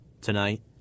tonight